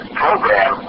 program